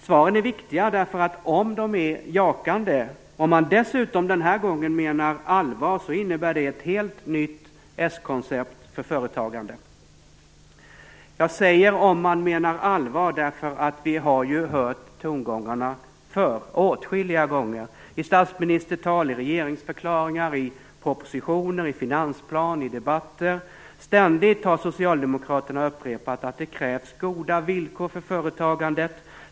Svaren är viktiga, därför att om de är jakande och man dessutom den här gången menar allvar, innebär det ett helt nytt s-koncept för företagande. Jag säger "om man menar allvar", därför att vi har hört tongångarna förr, åtskilliga gånger, i statsministertal, i regeringsförklaringar, i propositioner, i finansplan, i debatter. Ständigt har socialdemokraterna upprepat att det krävs goda villkor för företagandet.